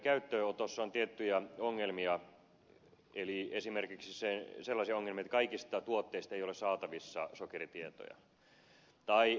sen käyttöönotossa on tiettyjä ongelmia eli esimerkiksi sellaisia ongelmia että kaikista tuotteista ei ole saatavissa sokeritietoja tai energiatietoja